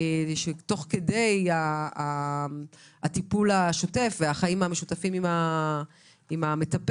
תוך כדי הטיפול השוטף והחיים המשותפים עם המטפל,